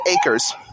acres